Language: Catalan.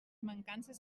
mancances